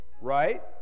Right